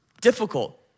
difficult